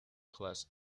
class